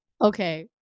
okay